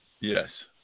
Yes